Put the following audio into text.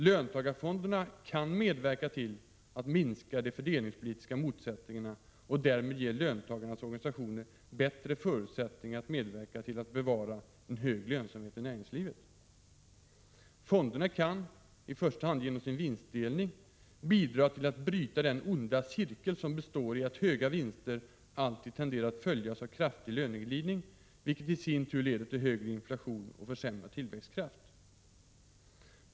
Löntagarfonderna kan medverka till att minska de fördelningspolitiska motsättningarna och därmed ge löntagarnas organisationer bättre förutsättningar att medverka till att bevara en hög lönsamhet i näringslivet. Fonderna kan, i första hand genom sin vinstdelning, bidra till att bryta den onda cirkel som består i att höga vinster alltid tenderar att följas av kraftig löneglidning, vilket i sin tur leder till högre inflation och försämrad tillväxtkraft.